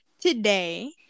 today